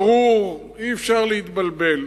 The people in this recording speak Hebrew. ברור, אי-אפשר להתבלבל.